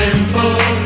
Simple